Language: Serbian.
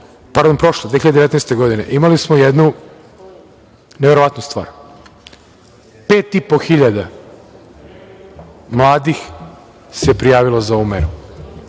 pardon, prošle 2019. godine, imali smo jednu neverovatnu stvar. Pet i po hiljada mladih se prijavilo za ovu meru.